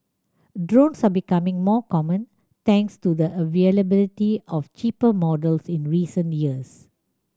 drones are becoming more common thanks to the availability of cheaper models in recent years